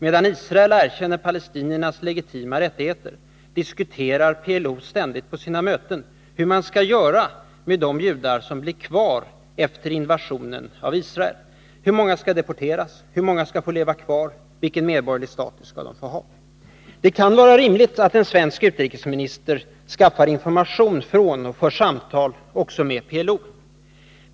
Medan Israel erkänner palestiniernas legitima rättigheter diskuterar PLO ständigt på sina möten hur man skall göra med de judar som blir kvar efter invasionen av Israel: Hur många skall deporteras, hur många skall få leva kvar, vilken medborgerlig status skall de få ha? Det kan vara rimligt att en svensk utrikesminister skaffar information från och för samtal också med PLO.